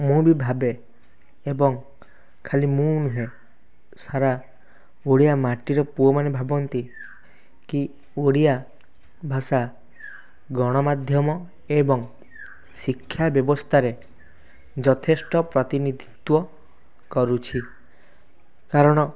ମୁଁ ବି ଭାବେ ଏବଂ ଖାଲି ମୁଁ ନୁହେଁ ସାରା ଓଡ଼ିଆ ମାଟିର ପୁଅମାନେ ଭାବନ୍ତି କି ଓଡ଼ିଆ ଭାଷା ଗଣମାଧ୍ୟମ ଏବଂ ଶିକ୍ଷା ବ୍ୟବସ୍ଥାରେ ଯଥେଷ୍ଟ ପ୍ରତିନିଧିତ୍ଵ କରୁଛି କାରଣ